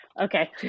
okay